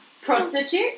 Prostitute